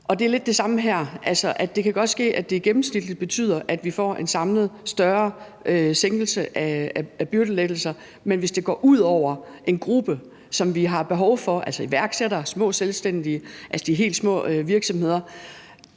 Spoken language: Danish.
det er lidt det samme her, altså at det godt kan ske, at det gennemsnitligt betyder, at vi samlet set får en større byrdelettelse, men hvis det går ud over en gruppe, som vi har behov for, altså iværksættere, små selvstændige, de helt små virksomheder,